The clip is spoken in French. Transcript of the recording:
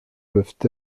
peuvent